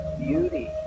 beauty